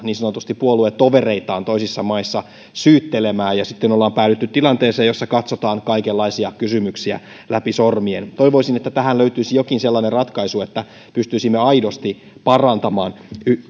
niin sanotusti puoluetovereitaan toisissa maissa syyttelemään ja sitten ollaan päädytty tilanteeseen jossa katsotaan kaikenlaisia kysymyksiä läpi sormien toivoisin että tähän löytyisi jokin sellainen ratkaisu että pystyisimme aidosti parantamaan